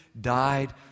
died